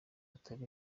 atari